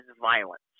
violence